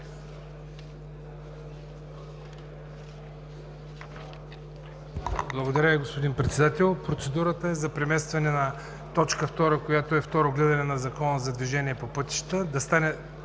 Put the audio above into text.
Благодаря Ви, господин Председател. Процедурата е за преместване на точка втора – Второ гласуване на Закона за движение по пътищата,